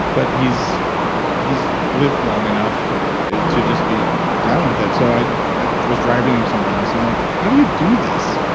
but he's he's lived long enough to just be down with it. so i ah was driving him somewhere once, and i'm like like, how do you do this?